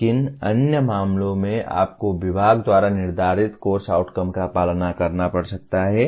लेकिन अन्य मामलों में आपको विभाग द्वारा निर्धारित कोर्स आउटकम का पालन करना पड़ सकता है